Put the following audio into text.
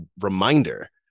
reminder